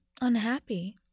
Unhappy